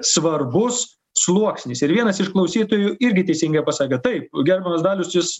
svarbus sluoksnis ir vienas iš klausytojų irgi teisingai pasakė taip gerbiamas dalius jis